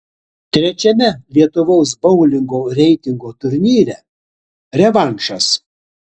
trečiame lietuvos boulingo reitingo turnyre revanšas